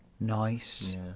nice